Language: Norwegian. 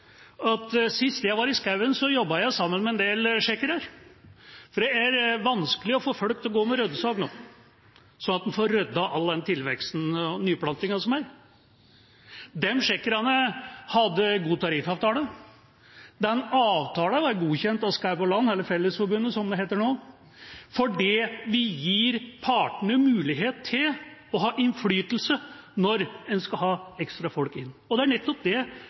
at sist jeg var i skauen, jobbet jeg sammen med en del tsjekkere, for det er vanskelig å få folk til å gå med ryddesag nå, slik at en får ryddet all den tilveksten og nyplantinga som er. De tsjekkerne hadde en god tariffavtale, den avtalen var godkjent av Skog og Land – eller Fellesforbundet, som det heter nå – fordi vi gir partene mulighet til å ha innflytelse når en skal ha ekstra folk inn, og det